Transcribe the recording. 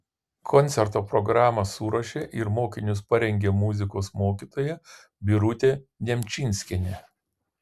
koncerto programą suruošė ir mokinius parengė muzikos mokytoja birutė nemčinskienė